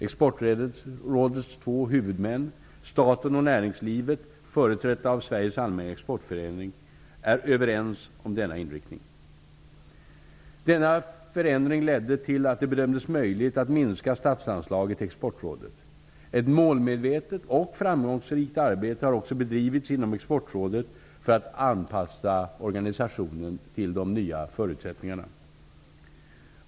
Exportrådets två huvudmän, staten och näringslivet företrätt av Sveriges Allmänna Exportförening, är överens om denna inriktning. Denna förändring ledde till att det bedömdes möjligt att minska statsanslaget till Exportrådet. Ett målmedvetet och framgångsrikt arbete har också bedrivits inom Exportrådet för att anpassa organisationen till de nya förutsättningarna.